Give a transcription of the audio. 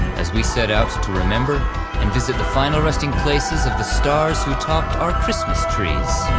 as we set out to remember and visit the final resting places of the stars who topped our christmas trees.